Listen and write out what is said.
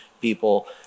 people